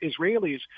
Israelis